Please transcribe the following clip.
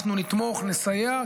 אנחנו נתמוך, נסייע.